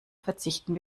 verzichten